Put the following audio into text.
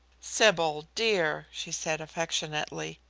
sybil, dear, she said affectionately,